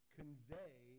convey